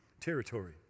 territory